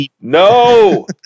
no